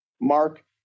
Mark